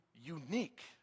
unique